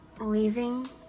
leaving